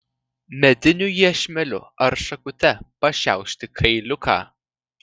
mediniu iešmeliu ar šakute pašiaušti kailiuką